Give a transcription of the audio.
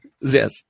Yes